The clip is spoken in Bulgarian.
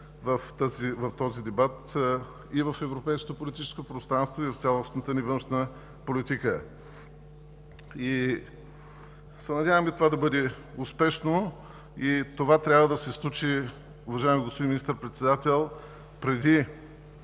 в този дебат и в европейското политическо пространство, и в цялостната ни външна политика. Надяваме се това да бъде успешно и това трябва да се случи, уважаеми господин министър-председател, преди